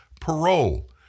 parole